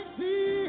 see